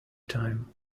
time